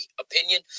opinion